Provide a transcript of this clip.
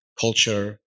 culture